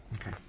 Okay